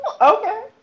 okay